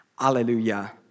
Alleluia